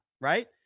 right